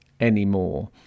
anymore